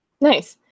Nice